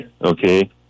okay